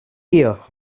ear